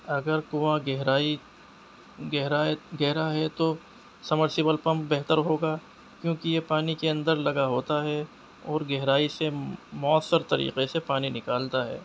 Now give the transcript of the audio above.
اگر کنواں گہرائی گہرا گہرا ہے تو سمرسیبل پمپ بہتر ہوگا کیونکہ یہ پانی کے اندر لگا ہوتا ہے اور گہرائی سے مؤثر طریقے سے پانی نکالتا ہے